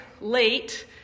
late